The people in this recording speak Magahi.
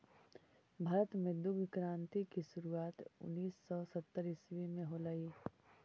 भारत में दुग्ध क्रान्ति की शुरुआत उनीस सौ सत्तर ईसवी में होलई